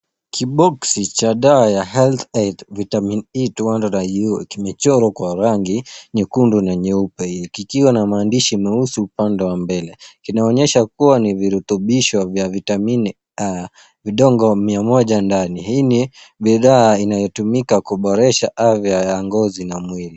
Kiboksi cha dawa ya Health Aid Vitamin E 200iu kimechorwa kwa rangi nyekundu na nyeupe kikiwa na maandishi meusi kwa upande wa mbele. Kinaonyesha kuwa ni virutubisho vya vitamini A, vidonge mia moja ndani. Hii ni bidhaa inayotumika kuboresha afya ya ngozi na mwili.